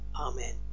Amen